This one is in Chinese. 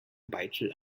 蛋白质